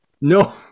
No